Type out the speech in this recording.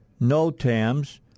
NOTAMs